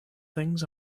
things